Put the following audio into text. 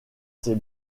ses